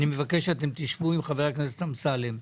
אני מבקש שתשבו עם חבר הכנסת אמסלם.